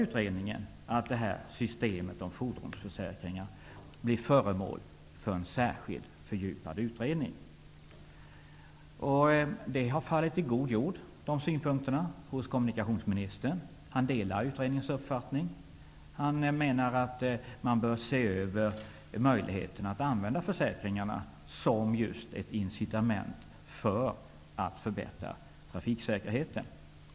Utredningen förordar därför att systemet med fordonsförsäkringar blir föremål för en särskild fördjupad utredning. Synpunkterna har fallit i god jordmån hos kommunikationsministern, som delar utredningens uppfattning. Kommunikationsministern menar att man bör se över möjligheten att använda försäkringarna som just incitament när det gäller att förbättra trafiksäkerheten.